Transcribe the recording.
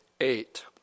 eight